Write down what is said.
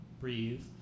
breathe